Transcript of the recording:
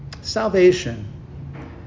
salvation